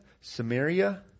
Samaria